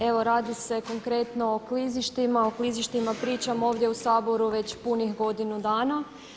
Evo radi se konkretno o klizištima, o klizištima pričamo ovdje u Saboru već punih godinu dana.